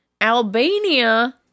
Albania